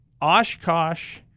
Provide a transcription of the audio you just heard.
Oshkosh